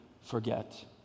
forget